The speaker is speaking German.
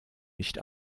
nicht